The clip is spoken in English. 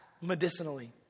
medicinally